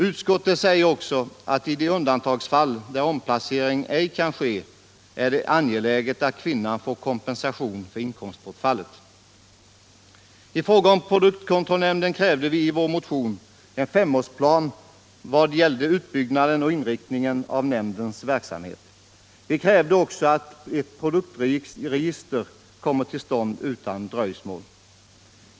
Utskottet säger också att i de undantagsfall där omplacering ej kan ske är det angeläget att kvinnan får kompensation för inkomstbortfall. I fråga om produktkontrollnämnden krävde vi i vår motion en femårsplan vad gällde utbyggnaden och inriktningen av nämndens verksamhet. Vi krävde också att ett produktregister kommer till stånd utan dröjsmål.